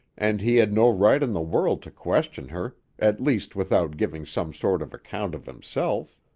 and he had no right in the world to question her, at least without giving some sort of account of himself.